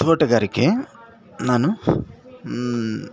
ತೋಟಗಾರಿಕೆ ನಾನು